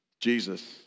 Jesus